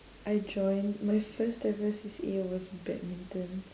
I joined my first ever C_C_A was badminton